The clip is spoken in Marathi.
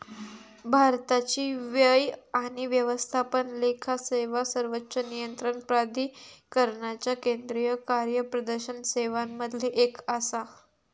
भारताची व्यय आणि व्यवस्थापन लेखा सेवा सर्वोच्च नियंत्रण प्राधिकरणाच्या केंद्रीय कार्यप्रदर्शन सेवांमधली एक आसा